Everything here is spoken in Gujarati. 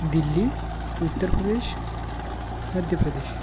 દિલ્હી ઉત્તર પ્રદેશ મધ્ય પ્રદેશ